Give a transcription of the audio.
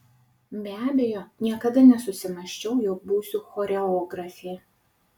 be abejo niekada nesusimąsčiau jog būsiu choreografė